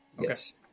Yes